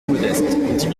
modeste